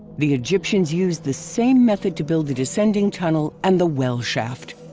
the egyptians used the same method to build the descending tunnel and the well shaft.